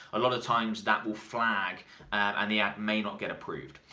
a lot of times that will flag and the app may not get approved.